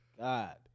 God